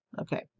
Okay